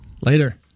Later